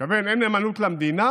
הוא התכוון: אין נאמנות למדינה,